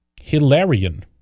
Hilarion